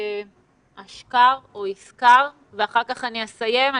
זהר אשכר ולאחר מכן אני אסכם.